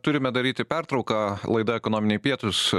turime daryti pertrauką laida ekonominiai pietūs